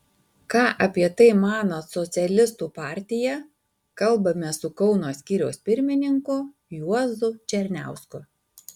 ką apie tai mano socialistų partija kalbamės su kauno skyriaus pirmininku juozu černiausku